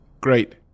Great